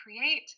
create